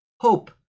hope